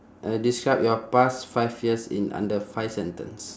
uh describe your past five years in under five sentence